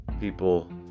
people